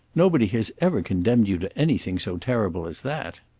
nobody has ever condemned you to anything so terrible as that.